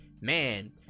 man